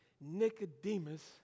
Nicodemus